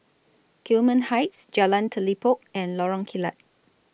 Gillman Heights Jalan Telipok and Lorong Kilat